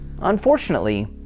Unfortunately